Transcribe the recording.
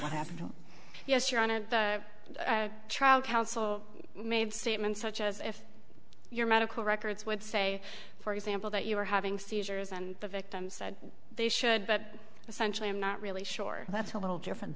what happened yes you're on a trial counsel made statements such as if your medical records would say for example that you were having seizures and the victim said they should but essentially i'm not really sure that's a little different